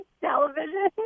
television